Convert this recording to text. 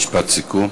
משפט סיכום.